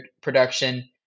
production